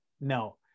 No